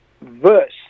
verse